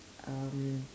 um